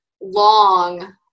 long